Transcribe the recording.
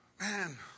Man